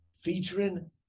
featuring